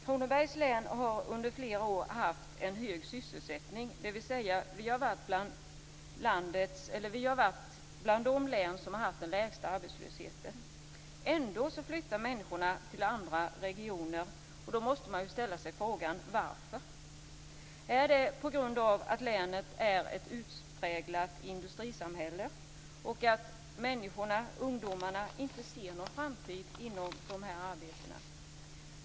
Kronobergs län har under flera år haft en hög sysselsättning. Vi har varit ett av de län som har haft den lägsta arbetslösheten. Ändå flyttar människor till andra regioner. Då måste man ställa sig frågan: Varför? Är det på grund av att länet är ett utpräglat industrisamhället och att människorna och ungdomarna inte ser någon framtid inom dessa arbeten?